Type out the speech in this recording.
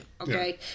okay